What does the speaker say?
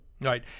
right